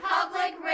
Public